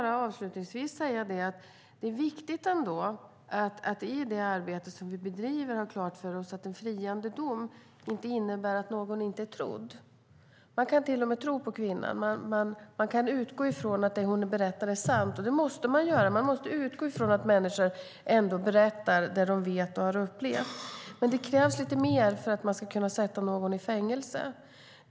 Avslutningsvis vill jag säga att i det arbete som vi bedriver är det viktigt att vi har klart för oss att en friande dom inte innebär att någon inte är trodd. Man kan till och med tro på kvinnan. Man kan utgå från att det som hon berättar är sant. Det måste man göra. Man måste utgå från att människor ändå berättar det som de vet och har upplevt. Men det krävs lite mer för att man ska kunna sätta någon i fängelse.